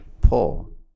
pull